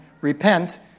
repent